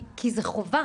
כי זה חובה.